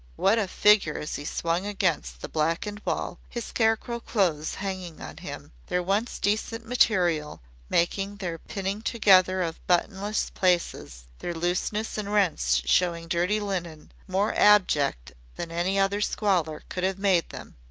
what a figure, as he swung against the blackened wall, his scarecrow clothes hanging on him, their once decent material making their pinning together of buttonless places, their looseness and rents showing dirty linen, more abject than any other squalor could have made them.